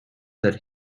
that